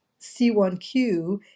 C1Q